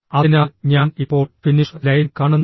അതിനാൽ ഞാൻ ഇപ്പോൾ ഫിനിഷ് ലൈൻ കാണുന്നില്ല